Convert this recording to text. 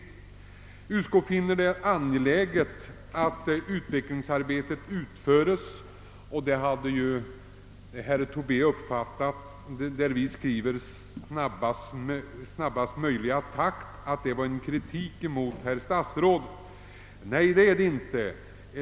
Utskottet skriver att det finner det angeläget att utvecklingsarbetet slutförs i snabbaste möjliga takt. Uttrycket »i snabbast möjliga takt» har herr Tobé uppfattat som en kritik mot statsrådet. Nej, det är det inte!